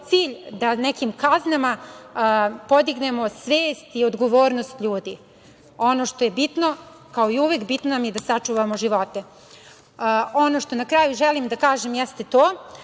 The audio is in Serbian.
da nekim kaznama podignemo svest i odgovornost ljudi. Ono što je bitno, kao i uvek, bitno nam je da sačuvamo živote. Ono što na kraju želim da kažem jeste to